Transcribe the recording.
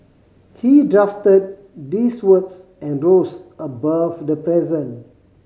he drafted these words and rose above the present